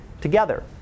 together